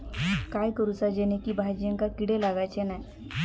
काय करूचा जेणेकी भाजायेंका किडे लागाचे नाय?